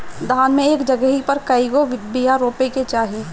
धान मे एक जगही पर कएगो बिया रोपे के चाही?